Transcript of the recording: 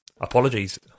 Apologies